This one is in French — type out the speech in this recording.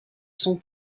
son